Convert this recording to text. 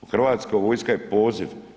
Hrvatska vojska je poziv.